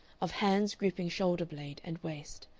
of hands gripping shoulder-blade and waist.